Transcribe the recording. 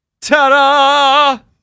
Ta-da